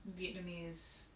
Vietnamese